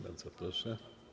Bardzo proszę.